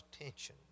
attention